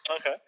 Okay